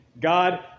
God